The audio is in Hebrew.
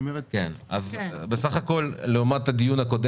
בדיון הקודם